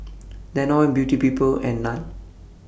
Danone Beauty People and NAN